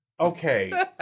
Okay